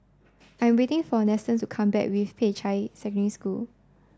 I'm waiting for Nestor to come back with Peicai Secondary School